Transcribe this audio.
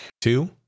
two